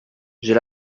j’ai